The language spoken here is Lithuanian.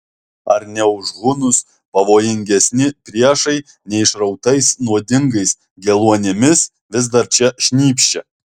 ar ne už hunus pavojingesni priešai neišrautais nuodingais geluonimis vis dar čia šnypščia